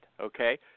Okay